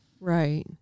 right